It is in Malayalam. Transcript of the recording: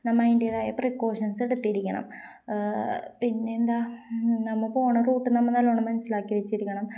നമ്മള് അതിൻറേതായ പ്രികോഷൻസ് എടുത്തിരിക്കണം പിന്നെയെന്താണ് നമ്മള് പോകുന്ന റൂട്ട് നമ്മള് നല്ലവണ്ണം മനസ്സിലാക്കി വെച്ചിരിക്കണം